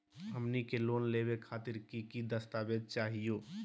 हमनी के लोन लेवे खातीर की की दस्तावेज चाहीयो?